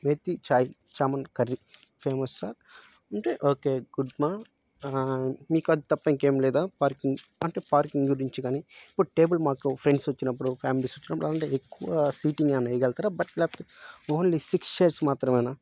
methi chai chaman curry famous sir అంటే okay good మా మీకు అది తప్ప ఇంకేం లేదా పార్కింగ్ అంటే పార్కింగ్ గురించి కానీ ఇప్పుడు టేబుల్ మాకు ఫ్రెండ్స్ వచ్చినప్పుడు ఫ్యామిలీస్ వచ్చినప్పుడు అలాంటివి ఎక్కువ సీటింగ్ ఏమన్నా వెయ్యగలతారా బట్ లేకపోతే ఓన్లీ సిక్స్ చైర్స్ మాత్రమేనా